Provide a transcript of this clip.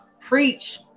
preach